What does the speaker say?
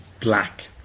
black